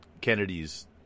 Kennedy's